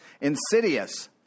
insidious